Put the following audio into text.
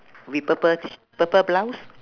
with purple purple blouse